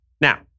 Now